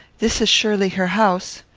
this is surely her house?